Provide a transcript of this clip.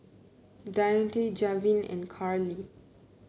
Dionte Javen and Karley